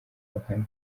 ruhame